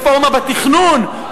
רפורמה בתכנון,